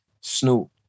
Snoop